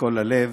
מכל הלב.